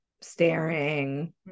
staring